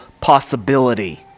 possibility